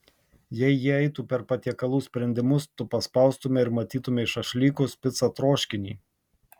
jei jie eitų per patiekalų sprendimus tu paspaustumei ir matytumei šašlykus picą troškinį